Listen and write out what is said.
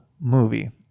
movie